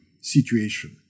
situation